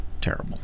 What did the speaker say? terrible